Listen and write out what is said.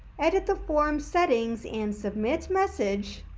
edit the form settings and submit message,